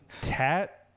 Tat